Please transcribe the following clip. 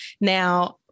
Now